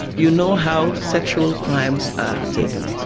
you know how sexual crimes are taken.